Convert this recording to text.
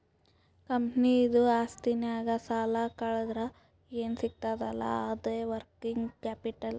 ಕಂಪನಿದು ಆಸ್ತಿನಾಗ್ ಸಾಲಾ ಕಳ್ದುರ್ ಏನ್ ಸಿಗ್ತದ್ ಅಲ್ಲಾ ಅದೇ ವರ್ಕಿಂಗ್ ಕ್ಯಾಪಿಟಲ್